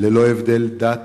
ללא הבדל דת,